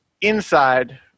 inside